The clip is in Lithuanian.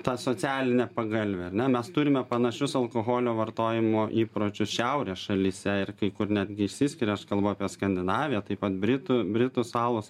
tą socialinė pagalvė ar ne mes turime panašius alkoholio vartojimo įpročius šiaurės šalyse ir kai kur netgi išsiskiria aš kalbu apie skandinaviją taip pat britų britų salos